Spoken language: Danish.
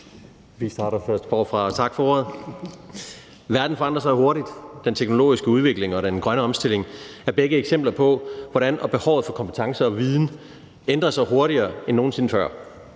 Vi starter forfra. Tak for ordet. Verden forandrer sig hurtigt. Den teknologiske udvikling og den grønne omstilling er begge eksempler på, hvordan behovet for kompetencer og viden ændrer sig hurtigere end nogen sinde før.